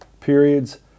periods